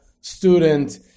student